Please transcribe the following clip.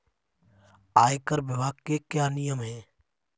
आयकर विभाग के क्या नियम हैं?